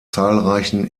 zahlreichen